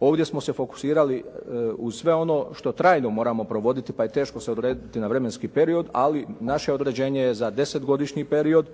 ovdje smo se fokusirali u sve ono što trajno moramo provoditi pa je teško se odrediti na vremenski period ali naše određenje je za 10 godišnji period